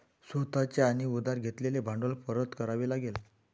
स्वतः चे आणि उधार घेतलेले भांडवल परत करावे लागेल